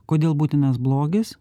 kodėl būtinas blogis